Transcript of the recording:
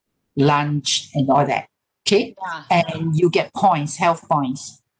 lunch and all that K and you get points health points